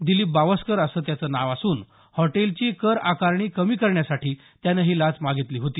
दिलीप बावस्कर असं त्याचं नाव असून हॉटेलची कर आकारणी कमी करण्यासाठी त्यानं ही लाच मागितली होती